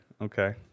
okay